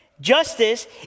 Justice